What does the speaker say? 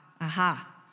aha